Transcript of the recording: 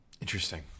interesting